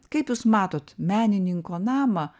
kaip jūs matot menininko namą